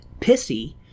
pissy